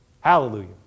Hallelujah